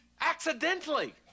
accidentally